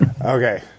Okay